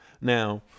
Now